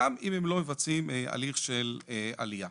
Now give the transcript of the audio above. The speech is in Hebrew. גם אם הם לא מבצעים הליך של עלייה,